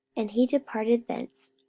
and he departed thence,